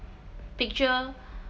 picture